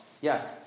Yes